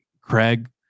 Craig